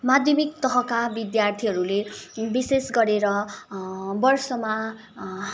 माध्यमिक तहका विद्यार्थीहरूले विशेष गरेर वर्षमा